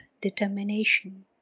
determination